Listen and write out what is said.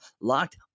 locked